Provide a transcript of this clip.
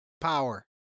power